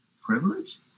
privilege